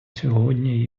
сьогодні